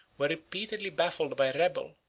were repeatedly baffled by a rebel,